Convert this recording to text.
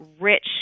rich